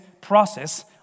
process